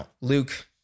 Luke